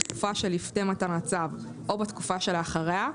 בתקופה שלפני מתן הצו או בתקופה שלאחריה,